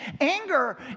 Anger